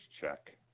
check